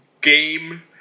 game